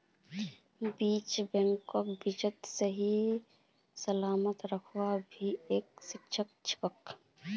बीज बैंकत बीजक सही सलामत रखना भी एकता चुनौती छिको